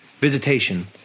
visitation